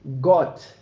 God